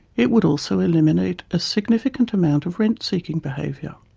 it would also eliminate a significant amount of rent-seeking behaviour.